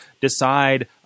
decide